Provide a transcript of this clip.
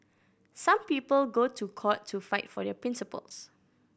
some people go to court to fight for their principles